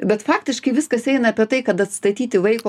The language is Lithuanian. bet faktiškai viskas eina apie tai kad atstatyti vaiko